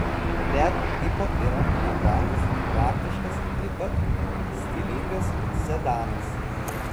fiat tipo yra nebrangus praktiškas taip pat stilingas sedanas